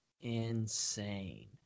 Insane